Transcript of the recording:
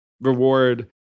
reward